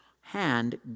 hand